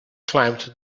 climbed